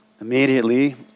Immediately